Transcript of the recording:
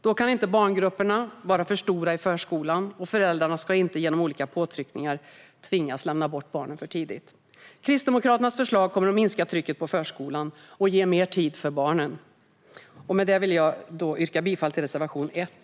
Då kan inte barngrupperna vara för stora i förskolan, och föräldrarna ska inte genom olika påtryckningar tvingas lämna bort barnen för tidigt. Kristdemokraternas förslag kommer att minska trycket på förskolan och ge mer tid för barnen. Med detta vill jag yrka bifall till reservation 1.